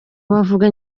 bavaga